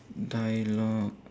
dialogue